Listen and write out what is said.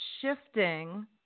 shifting